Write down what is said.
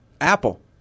Apple